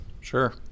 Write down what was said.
Sure